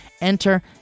Enter